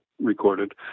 recorded